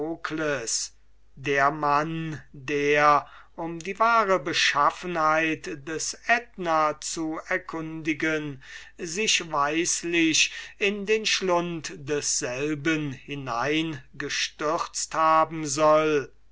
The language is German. der mann der um die wahre beschaffenheit des aetna zu erkundigen sich weislich mitten in den crater desselben hineingestürzt haben soll